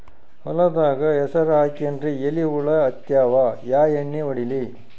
ಹೊಲದಾಗ ಹೆಸರ ಹಾಕಿನ್ರಿ, ಎಲಿ ಹುಳ ಹತ್ಯಾವ, ಯಾ ಎಣ್ಣೀ ಹೊಡಿಲಿ?